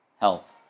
health